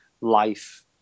life